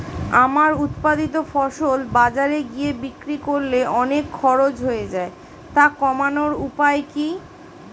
আমার উৎপাদিত ফসল বাজারে গিয়ে বিক্রি করলে অনেক খরচ হয়ে যায় তা কমানোর উপায় কি?